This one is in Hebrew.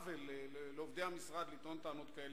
אני מודה לסגן השר על תשובתו